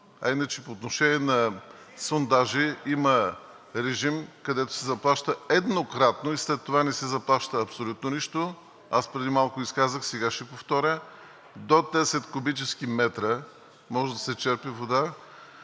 А иначе по отношение на сондажи има режим, където се заплаща еднократно и след това не се заплаща абсолютно нищо. Преди малко казах, сега ще повторя, до 10 кубически метра може да се черпи вода